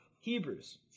Hebrews